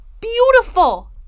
Beautiful